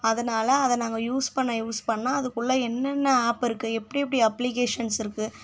அதனால் அதை நாங்கள் யூஸ் பண்ண யூஸ் பண்ண அதுக்குள்ளே என்னன்ன ஆப் இருக்கு எப்படி எப்படி அப்ளிகேஷன்ஸ் இருக்கு